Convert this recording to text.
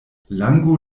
lango